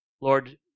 Lord